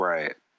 Right